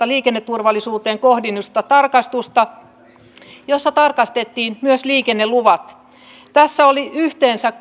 liikenneturvallisuuteen kohdennettua tarkastusta jossa tarkastettiin myös liikenneluvat tässä oli yhteensä